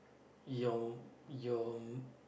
your your